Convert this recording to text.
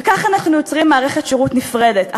וכך אנחנו יוצרים מערכת שירות נפרדת,